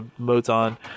Moton